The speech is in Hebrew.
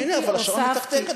הוספתי.